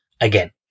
again